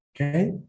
Okay